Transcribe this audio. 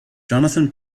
jonathan